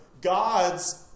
God's